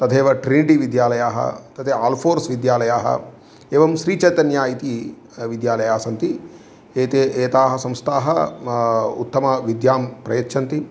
तथैव ट्रीनिटि विद्यालयाः तथा आल्फोर्स् विद्यालयाः एवं श्रीचैतन्या इति विद्यालयाः सन्ति एताः एताः संस्थाः उत्तमविद्यां प्रयच्छन्ति